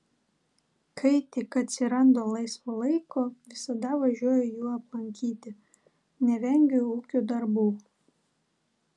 kai tik atsiranda laisvo laiko visada važiuoju jų aplankyti nevengiu ūkio darbų